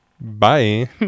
Bye